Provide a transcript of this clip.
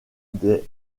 des